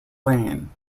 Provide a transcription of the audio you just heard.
lane